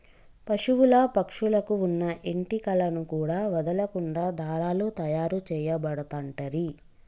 పశువుల పక్షుల కు వున్న ఏంటి కలను కూడా వదులకుండా దారాలు తాయారు చేయబడుతంటిరి